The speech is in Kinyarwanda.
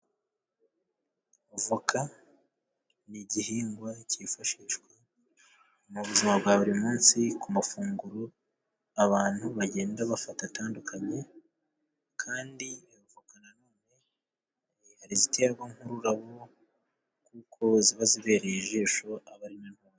Voka ni igihingwa cyifashishwa mu buzima bwa buri munsi ku mafunguro abantu bagenda bafata atandukanye kandi avoka nanone hari iziterwa n'ururabo kuko ziba zibereye ijisho.